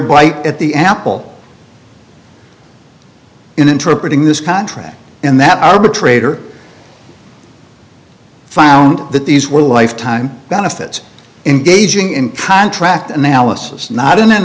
bite at the apple in interpreting this contract and that arbitrator found that these were lifetime benefits engaging in contract analysis not in